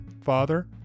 father